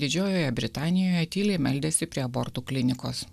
didžiojoje britanijoje tyliai meldėsi prie abortų klinikos